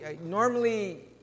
Normally